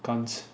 感觉